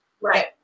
right